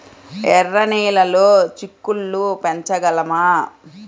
ఎర్ర నెలలో చిక్కుళ్ళు పెంచగలమా?